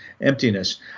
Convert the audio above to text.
emptiness